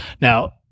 now